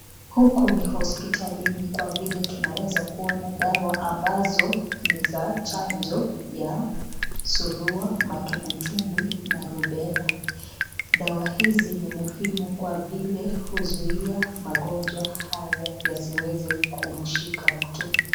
Huku ni hospitalini kwa vile tunaweza kuona dawa ambazo ni za chanjo, ya suruwa, matumbwitumbwi na rubella, dawa hizi ni muhimu kwa vile huzuia magonjwa haya yasiweze kumshika mtu.